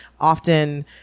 often